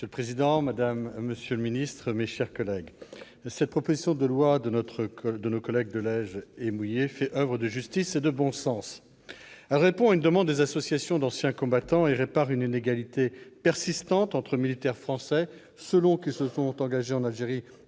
Monsieur le président, monsieur le secrétaire d'État, mes chers collègues, cette proposition de loi de nos collègues de Legge et Mouiller fait oeuvre de justice et de bon sens. Elle répond à une demande des associations d'anciens combattants et répare une inégalité persistante entre militaires français, selon qu'ils ont été engagés en Algérie